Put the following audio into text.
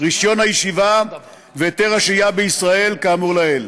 רישיון הישיבה והיתר השהייה בישראל, כאמור לעיל.